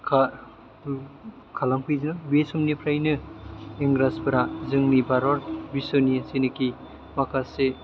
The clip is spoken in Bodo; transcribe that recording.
खालाम फैदों बे समनिफ्रायनो इंराजफ्रा जोंनि भारत बिशनि जेनाखि माखासे